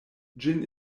ĝin